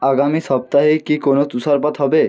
আগামী সপ্তাহে কি কোনও তুষারপাত হবে